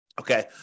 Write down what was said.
okay